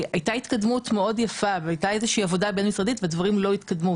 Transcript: הייתה התקדמות מאוד יפה ועבודה בין משרדית והדברים לא התקדמו.